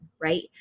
right